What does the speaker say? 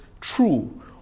true